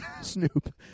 Snoop